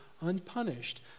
unpunished